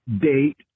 date